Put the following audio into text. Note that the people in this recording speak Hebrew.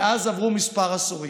מאז עברו כמה עשורים,